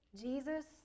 jesus